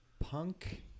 punk